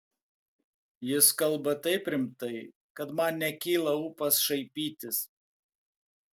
jis kalba taip rimtai kad man nekyla ūpas šaipytis